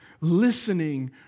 Listening